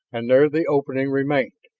and there the opening remained.